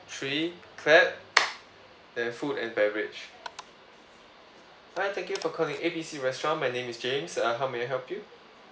three clap then food and beverage hi thank you for calling A B C restaurant my name is james uh how may I help you